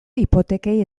hipotekei